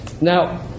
Now